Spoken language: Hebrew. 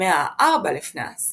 במאה ה-4 לפנה"ס